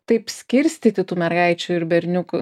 taip skirstyti tų mergaičių ir berniukų